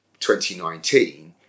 2019